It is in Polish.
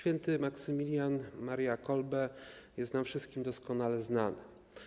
Św. Maksymilian Maria Kolbe jest nam wszystkim doskonale znany.